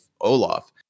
Olaf